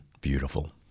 beautiful